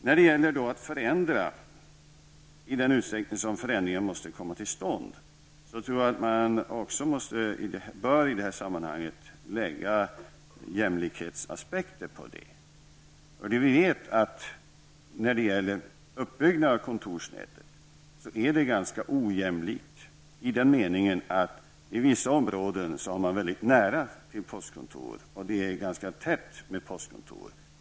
När det gäller förändringar i den utsträckning som förändringar måste komma till stånd, bör man i det sammanhanget lägga jämlikhetsaspekter på det hela. Uppbyggnaden av kontorsnätet är ganska ojämlik i den meningen att det i vissa områden är nära till postkontoren, och det är tätt mellan dem.